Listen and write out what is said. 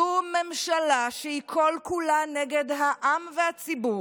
זו ממשלה שהיא כל-כולה נגד העם והציבור,